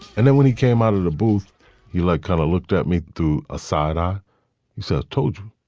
and then when he came out of the booth he looked kind of looked at me to asada said told him